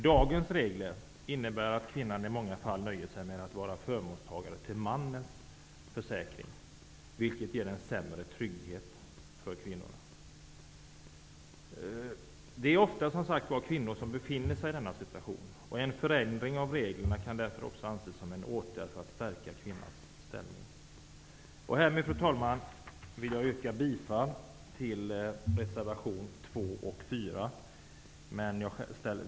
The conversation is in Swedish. Dagens regler innebär att kvinnan i många fall nöjer sig med att vara förmånstagare till mannens försäkring, vilket ger en sämre trygghet för kvinnan. Det är ofta som kvinnor befinner sig i denna situation. En förändring av reglerna kan därför också anses som en åtgärd för att stärka kvinnans ställning. Fru talman! Härmed vill jag yrka bifall till reservationerna 2 och 4.